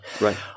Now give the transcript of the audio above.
Right